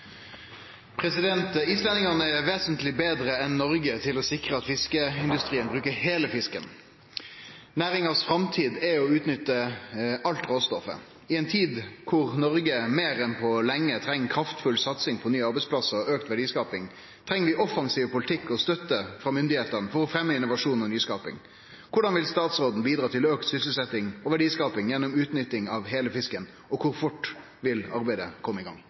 vesentlig bedre enn Norge å sikre at fiskeindustrien bruker hele fisken. Næringens fremtid er å utnytte alt råstoffet. I en tid der Norge mer enn på lenge trenger kraftfull satsing på nye arbeidsplasser og økt verdiskaping, trenger vi offensiv politikk og støtte fra myndighetene for å fremme innovasjon og nyskaping. Hvordan vil statsråden bidra til økt sysselsetting og verdiskaping gjennom utnytting av hele fisken, og hvor fort vil arbeidet komme i gang?»